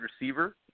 receiver